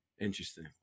interesting